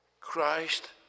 Christ